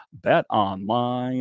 BetOnline